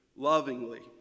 lovingly